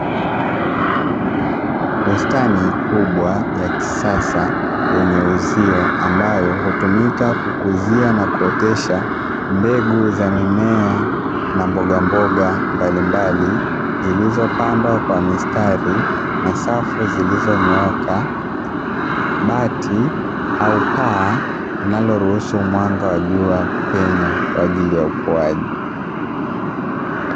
Bustani kubwa ya kisasa yenye uzio, ambayo hutumika kukuzia na kuotesha mbegu za mimea na mbogamboga mbalimbali, zilizopandwa kwa mistari na safu zilizonyooka, bati au paa linaloruhusu mwanga wa jua kupenya kwa ajili ya ukuaji.